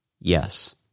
Yes